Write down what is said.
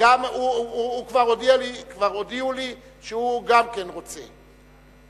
כבר הודיעו לי שהוא גם כן רוצה,